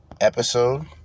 Episode